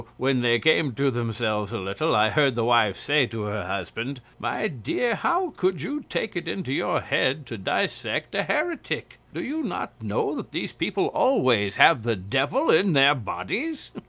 when they came to themselves a little, i heard the wife say to her husband my dear, how could you take it into your head to dissect a heretic? do you not know that these people always have the devil in their bodies?